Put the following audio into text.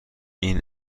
این